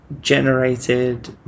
generated